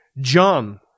John